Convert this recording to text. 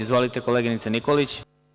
Izvolite, koleginice Nikolić.